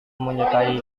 menyukai